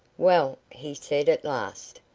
well, he said at last,